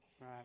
right